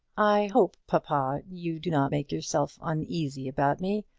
i hope, papa, you do not make yourself uneasy about me.